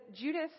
Judas